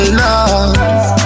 love